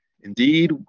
Indeed